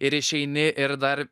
ir išeini ir dar